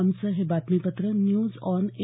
आमचं हे बातमीपत्र न्यूज ऑन ए